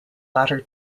latter